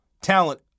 talent